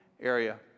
area